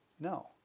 No